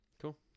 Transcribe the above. Cool